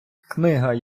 книга